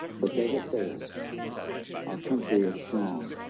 but they have failed our country is strong